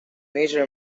major